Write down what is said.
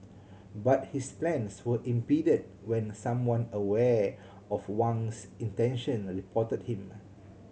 but his plans were impeded when someone aware of Wang's intention reported him